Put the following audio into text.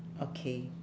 okay